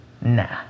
Nah